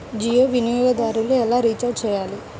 జియో వినియోగదారులు ఎలా రీఛార్జ్ చేయాలి?